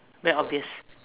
very obvious